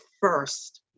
first